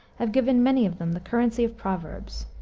have given many of them the currency of proverbs.